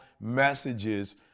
messages